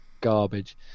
garbage